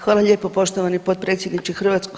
Hvala lijepo poštovani potpredsjedniče HS.